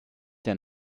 der